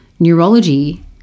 neurology